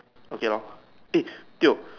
okay lor if to